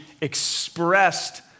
expressed